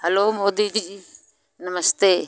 hello Modi ji नमस्ते